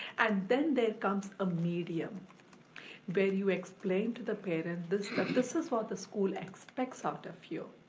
and then there comes a medium where you explain to the parent, this this is what the school expects of the few.